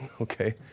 okay